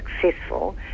successful